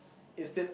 instead